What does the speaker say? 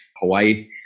Hawaii